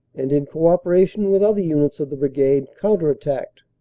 and, in co-operation with other units of the brigade, counter-attacked,